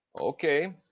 Okay